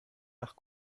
nach